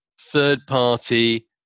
third-party